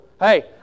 hey